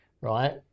right